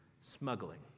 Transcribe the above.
smuggling